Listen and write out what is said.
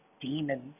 demons